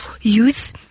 youth